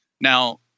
Now